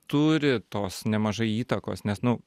turi tos nemažai įtakos nes nu